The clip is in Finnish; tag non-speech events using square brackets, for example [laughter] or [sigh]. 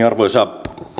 [unintelligible] arvoisa